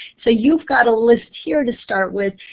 so you've got a list here to start with.